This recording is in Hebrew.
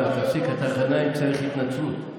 גנאים צריך התנצלות.